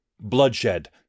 bloodshed